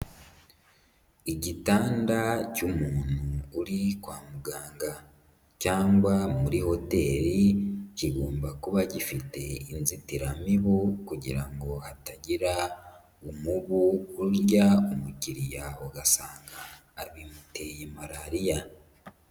Igitanda cy'umuntu uri kwa muganga cyangwa muri hoteri, kigomba kuba gifite inzitiramibu kugira ngo hatagira umubu urya umukiriya ugasanga bimuteye Malariya.